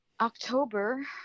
October